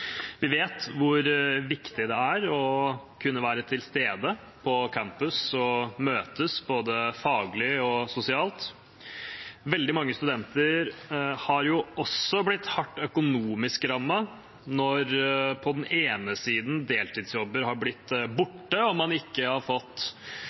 Vi vet hvor viktig det er å kunne være til stede på campus og møtes både faglig og sosialt. Veldig mange studenter har også blitt hardt økonomisk rammet – på den ene siden når deltidsjobber har blitt